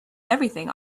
everything